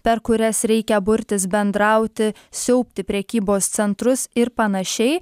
per kurias reikia burtis bendrauti siaubti prekybos centrus ir panašiai